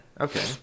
okay